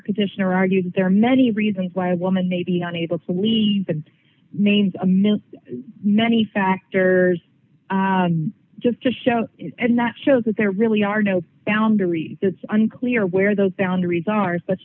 petition or argue that there are many reasons why a woman may be on able to lead the main a mill many factors just to show and that shows that there really are no boundaries it's unclear where those boundaries are such